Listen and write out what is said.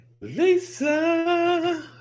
lisa